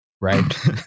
right